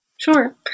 Sure